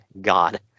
God